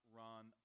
run